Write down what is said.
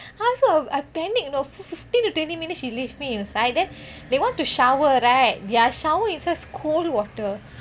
!huh! so I panic you know fifteen to twenty minute she leave me inside then they want to shower right their shower inside is cold water